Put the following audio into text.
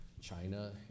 China